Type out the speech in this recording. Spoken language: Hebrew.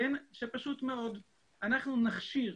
שאנחנו נכשיר